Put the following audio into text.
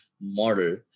model